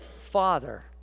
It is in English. Father